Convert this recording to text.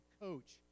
coach